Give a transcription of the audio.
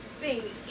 Baby